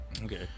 Okay